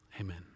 Amen